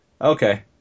Okay